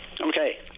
Okay